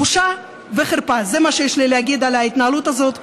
בושה וחרפה, זה מה שיש להגיד על ההתנהלות הזאת.